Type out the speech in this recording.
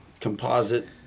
composite